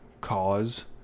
cause